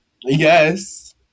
Yes